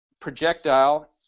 projectile